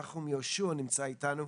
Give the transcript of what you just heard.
נחום יהושע נמצא איתנו.